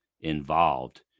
involved